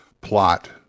plot